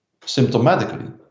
symptomatically